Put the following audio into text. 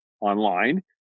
Online